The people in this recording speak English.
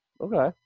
Okay